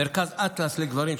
מרכז אטלס לגברים,